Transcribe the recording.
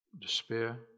despair